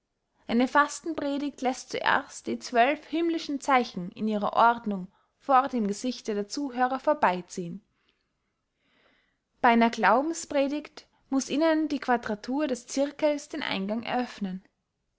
eine fastenpredigt läßt zuerst die zwölf himmlische zeichen in ihrer ordnung vor dem gesichte der zuhörer vorbey ziehen bey einer glaubenspredigt muß ihnen die quadratur des zirkels den eingang eröffnen